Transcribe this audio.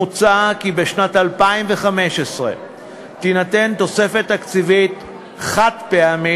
מוצע כי בשנת 2015 תינתן תוספת תקציבית חד-פעמית